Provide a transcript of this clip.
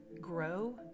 grow